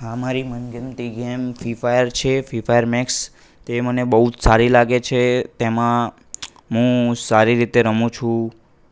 હા મારી મનગમતી ગેમ ફ્રી ફાયર છે ફ્રી ફાયર મેક્સ તે મને બહુ જ સારી લાગે છે તેમાં હું સારી રીતે રમું છું